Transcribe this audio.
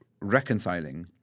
reconciling